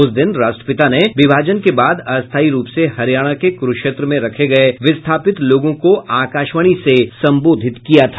उस दिन राष्ट्रपिता ने विभाजन के बाद अस्थायी रूप से हरियाणा के कुरुक्षेत्र में रखे गए विस्थापित लोगों को आकाशवाणी से संबोधित किया था